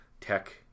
tech